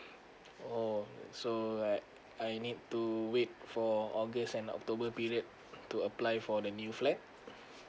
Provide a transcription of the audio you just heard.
oh so uh I I need to wait for august and october period to apply for the new flat